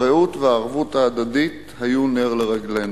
הרעות והערבות ההדדית היו נר לרגלינו,